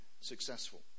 successful